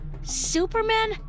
Superman